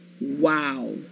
Wow